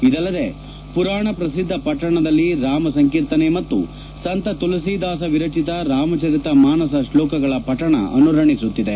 ಇದಲ್ಲದೆ ಪುರಾಣ ಪ್ರಸಿದ್ದ ಪಟ್ಟಣದಲ್ಲಿ ರಾಮ ಸಂಕೀರ್ತನೆ ಮತ್ತು ಸಂತ ತುಲಸೀದಾಸ ವಿರಚಿತ ರಾಮಚರಿತ ಮಾನಸ ಶ್ಲೋಕಗಳ ಪಠಣ ಅನುರಣೆಸುತ್ತಿದೆ